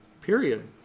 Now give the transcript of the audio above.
Period